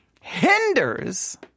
hinders